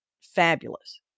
Fabulous